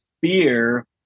fear